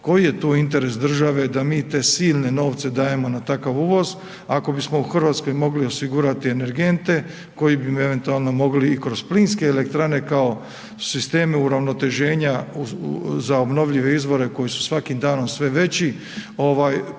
koji je tu interes države da mi te silne novce dajemo na takav uvoz ako bismo u Hrvatskoj mogli osigurati energente koji bi eventualno mogli i kroz plinske elektrane kao sisteme uravnoteženja za obnovljive izvore koji su svakim danom sve veći,